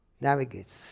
navigates